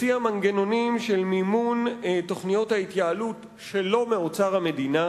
מציע מנגנונים של מימון תוכניות ההתייעלות שלא מאוצר המדינה,